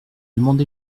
demander